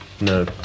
No